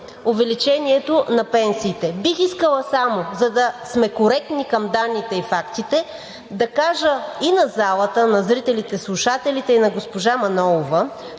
увеличението на пенсиите. Бих искала, само за да сме коректни към данните и фактите, да кажа на залата, на зрителите, слушателите и на госпожа Манолова,